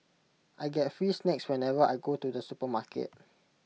I get free snacks whenever I go to the supermarket